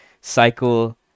cycle